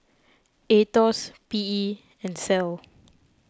Aetos P E and Sal